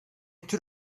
tür